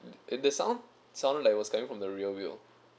it the sound sounded like it was coming from the rear wheel